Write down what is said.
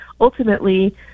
Ultimately